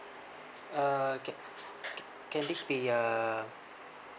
uh ca~ ca~ can this be uh